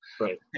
right